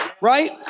right